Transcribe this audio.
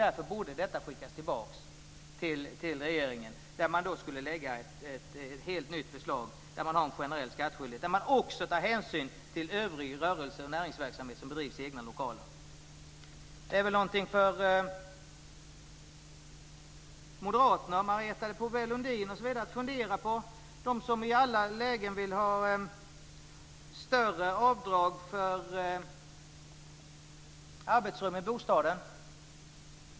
Därför borde förslaget skickas till regeringen. Man borde lägga fram ett helt nytt förslag där man har en generell skattskyldighet och också tar hänsyn till övrig rörelse och näringsverksamhet som bedrivs i egna lokaler. Det är någonting för moderaterna och Marietta de Pourbaix-Lundin att fundera på. De vill i alla lägen ha större avdrag för arbetsrum i bostaden.